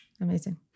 Amazing